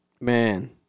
Man